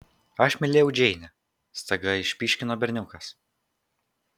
aš mylėjau džeinę staiga išpyškino berniukas